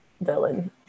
villain